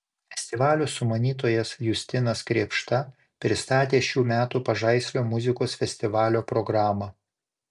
festivalio sumanytojas justinas krėpšta pristatė šių metų pažaislio muzikos festivalio programą